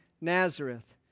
Nazareth